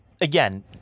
again